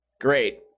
Great